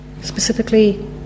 specifically